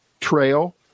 trail